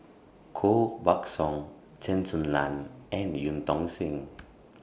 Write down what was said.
Koh Buck Song Chen Su Lan and EU Tong Sen